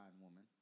woman